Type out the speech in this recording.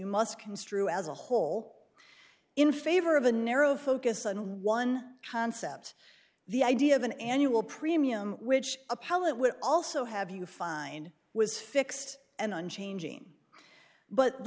must construe as a whole in favor of a narrow focus on one concept the idea of an annual premium which appellant would also have you find was fixed and unchanging but the